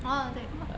orh 对